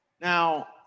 Now